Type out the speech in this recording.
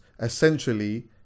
essentially